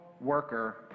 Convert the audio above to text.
worker